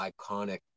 iconic